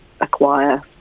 acquire